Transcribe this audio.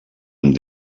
amb